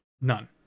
None